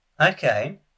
Okay